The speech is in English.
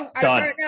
Done